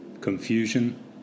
confusion